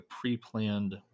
pre-planned